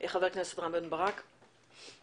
ח"כ רם בן ברק בבקשה.